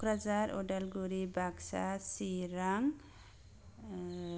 Kokrajhar Udalguri Baksa Chirang